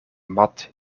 mat